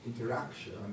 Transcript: interaction